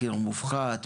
מחיר מופחת,